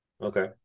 Okay